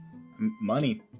Money